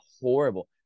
horrible